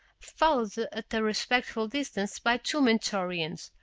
followed at a respectful distance by two mentorians,